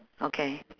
okay